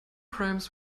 frames